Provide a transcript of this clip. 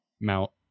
mount